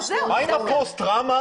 מה קורה עם השוטר?